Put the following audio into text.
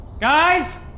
Guys